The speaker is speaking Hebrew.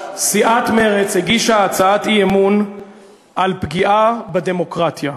סיעת מרצ הגישה הצעת אי-אמון על פגיעה בדמוקרטיה.